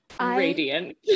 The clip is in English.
radiant